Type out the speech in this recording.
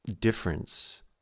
difference